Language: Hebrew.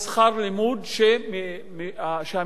שהמשפחה משלמת